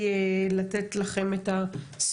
ה'